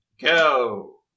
Go